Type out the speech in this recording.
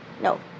No